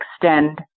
extend